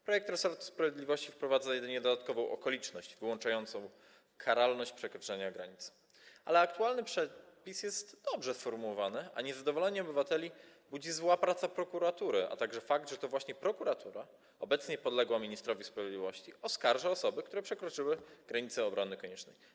Projekt resortu sprawiedliwości wprowadza jedynie dodatkową okoliczność wyłączającą karalność przekroczenia granic, ale aktualny przepis jest dobrze sformułowany, a niezadowolenie obywateli budzi zła praca prokuratury, a także fakt, że to właśnie prokuratura, obecnie podległa ministrowi sprawiedliwości, oskarża osoby, które przekroczyły granice obrony koniecznej.